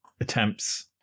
attempts